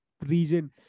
region